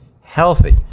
healthy